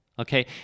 Okay